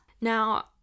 Now